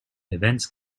events